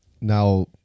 now